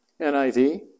NIV